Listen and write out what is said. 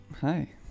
hi